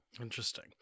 Interesting